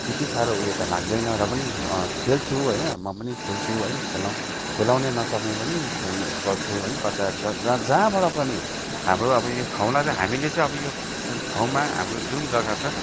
त्यति साह्रो उयो त लाग्दैन र पनि खेल्छु है म पनि खेल्छु है खेलाउने नसके पनि खेल्ने गर्छु है कता जहाँबाट पनि हाम्रो अब यो ठाउँलाई हामीले चाहिँ अब यो ठाउँमा हाम्रो जुन जग्गा छ